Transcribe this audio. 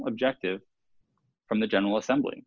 objective from the general assembly